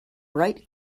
bright